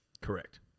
Correct